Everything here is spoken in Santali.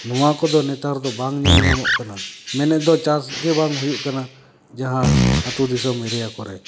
ᱱᱚᱣᱟ ᱠᱚᱫᱚ ᱱᱮᱛᱟᱨ ᱫᱚ ᱵᱟᱝ ᱧᱮᱞ ᱧᱟᱢᱚᱜ ᱠᱟᱱᱟ ᱢᱮᱱᱮᱫ ᱫᱚ ᱪᱟᱥ ᱜᱮ ᱵᱟᱝ ᱦᱩᱭᱩᱜ ᱠᱟᱱᱟ ᱡᱟᱦᱟᱸ ᱟᱛᱳ ᱫᱤᱥᱚᱢ ᱮᱨᱤᱭᱟ ᱠᱚᱨᱮ